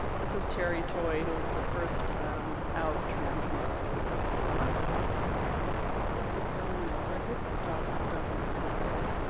this is teri toye who was the first out trans model who was oh yeah except it's going now so i hope it stops. if it doesn't we'll go back.